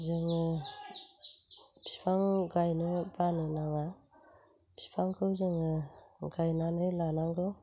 जोङो बिफां गायनो बानो नाङा फिफांखौ जोङो गायनानै लानांगौ